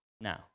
now